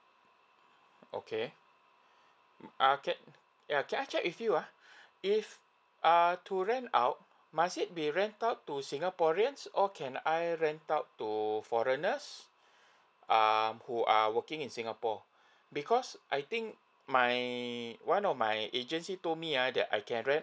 okay err can yeah can I check with you uh if err to rent out must it be rent out to singaporean or can I rent out to foreigners err who are working in singapore because I think my one of my agency told me uh that I can rent